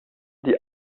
die